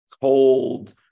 cold